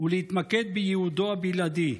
ולהתמקד בייעודו הבלעדי: